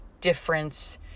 difference